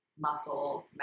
muscle